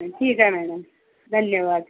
ठीक आहे मॅडम धन्यवाद